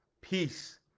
peace